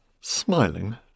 Smiling